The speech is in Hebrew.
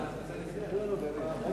להעביר את הנושא לוועדת הכספים נתקבלה.